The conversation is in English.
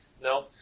No